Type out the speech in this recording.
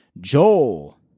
Joel